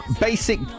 basic